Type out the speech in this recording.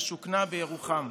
ושוכנה בירוחם.